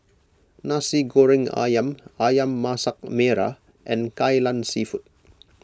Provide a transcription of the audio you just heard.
Nasi Goreng Ayam Ayam Masak Merah and Kai Lan Seafood